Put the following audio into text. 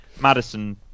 Madison